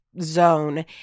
Zone